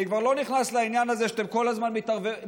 ואני כבר לא נכנס לעניין הזה שאתם כל הזמן מתערבים